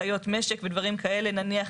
חיות משק ודברים כאלה נניח,